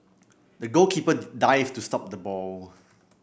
the goalkeeper dived to stop the ball